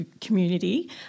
community